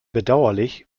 bedauerlich